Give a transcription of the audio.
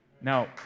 Now